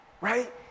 right